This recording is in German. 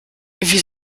wie